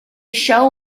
show